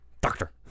Doctor